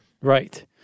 Right